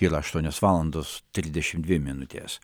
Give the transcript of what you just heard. yra aštuonios valandos trisdešimt dvi minutės